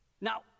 Now